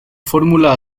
fórmula